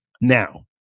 Now